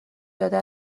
داده